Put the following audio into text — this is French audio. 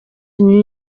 une